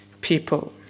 people